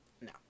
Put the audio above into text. No